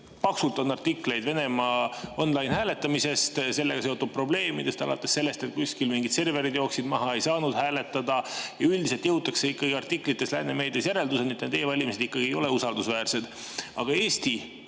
paksult on artikleid Venemaaonline-hääletamisest, sellega seotud probleemidest, alates sellest, et kuskil mingid serverid jooksid maha, ei saanud hääletada, ja üldiselt jõutakse ikkagi artiklites lääne meedias järelduseni, et e-valimised ikkagi ei ole usaldusväärsed. Aga Eesti